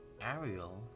Ariel